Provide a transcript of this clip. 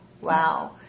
Wow